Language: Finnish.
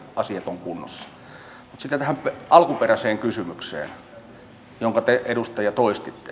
sitten tähän alkuperäiseen kysymykseen jonka te edustaja toistitte